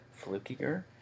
Flukiger